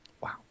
wow